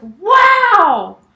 wow